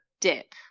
dip